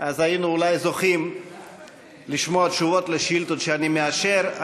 אז היינו אולי זוכים לשמוע תשובות על שאילתות שאני מאשר.